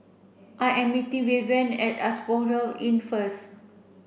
I am meeting Vivien at Asphodel Inn first